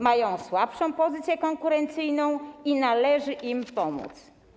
Mają słabszą pozycję konkurencyjną i należy im pomóc.